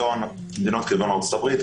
מדינות כגון ארצות הברית,